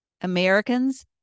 Americans